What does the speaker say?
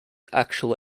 actual